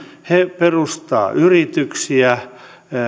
he perustavat yrityksiä